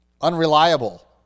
unreliable